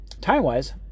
time-wise